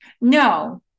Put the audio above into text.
no